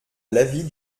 l’avis